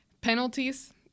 penalties